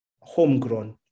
homegrown